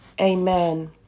Amen